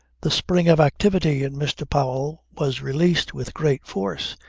the spring of activity in mr. powell was released with great force.